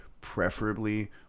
preferably